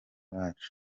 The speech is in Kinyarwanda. bacu